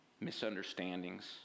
misunderstandings